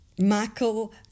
Michael